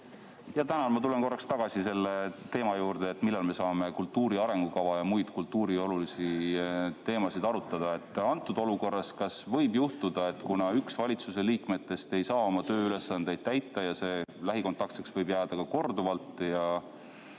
Tänan! Ma tulen korraks tagasi selle teema juurde, millal me saame kultuuri arengukava ja muid olulisi kultuuriteemasid arutada. Kas võib juhtuda nii, et kuna üks valitsuse liikmetest ei saa oma tööülesandeid täita ja lähikontaktseks võib jääda ka korduvalt,